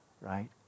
right